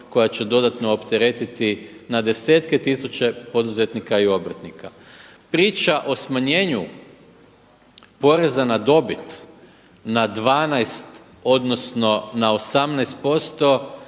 koja će dodatno opteretiti na desetke tisuća poduzetnika i obrtnika. Priča o smanjenju poreza na dobit na 12 odnosno na 18%